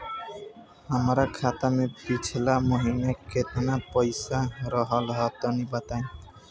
हमार खाता मे पिछला महीना केतना पईसा रहल ह तनि बताईं?